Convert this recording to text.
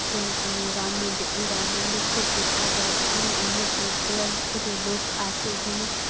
হচ্ছে রাম মন্দির এই রাম মন্দির খুব বিখ্যাত আর এখানে অনেক দূর দূরান্ত থেকে লোক আসে এখানে